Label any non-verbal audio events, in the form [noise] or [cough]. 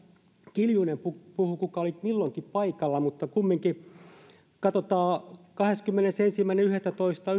kiljunen puhui siitä kuka oli milloinkin paikalla kun katsotaan niin kahdeskymmenesensimmäinen yhdettätoista [unintelligible]